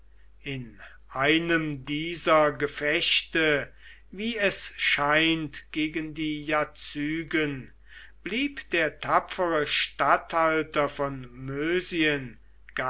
in einem dieser gefechte wie es scheint gegen die jazygen blieb der tapfere statthalter von